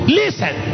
listen